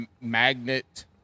magnet